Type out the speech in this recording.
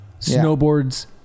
Snowboard's